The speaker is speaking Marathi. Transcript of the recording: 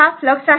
तर फ्लक्स आहे